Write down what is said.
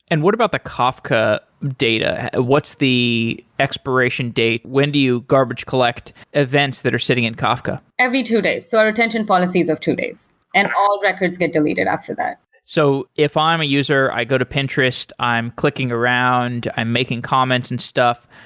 and what about the kafka data? what's the expiration date? when do you garbage collect events that are sitting in kafka? every two days. so our attention policy is of two days, and all records get deleted after that so if i'm a user, i go to pinterest, i'm clicking around. i'm making comments and stuff.